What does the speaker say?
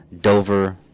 Dover